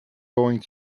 going